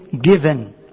given